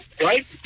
right